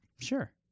Sure